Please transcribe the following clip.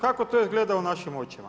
Kako to izgleda u našim očima?